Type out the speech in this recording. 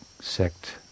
sect